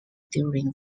during